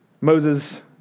Moses